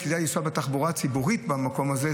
ושיהיה כדאי לנסוע בתחבורה הציבורית במקום הזה,